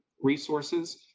resources